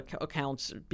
accounts